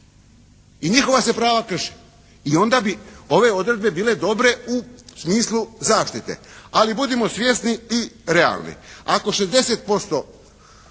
i njihova se prava krše i onda bi ove odredbe bile dobre u smislu zaštite. Ali budimo svjesni i realni,